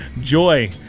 Joy